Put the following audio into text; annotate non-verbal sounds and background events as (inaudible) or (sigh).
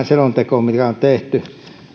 (unintelligible) selontekoon mikä on tehty